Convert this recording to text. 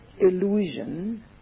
illusion